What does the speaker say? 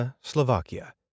Slovakia